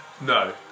No